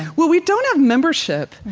well, we don't have membership,